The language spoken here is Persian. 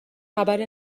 خبری